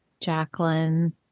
Jacqueline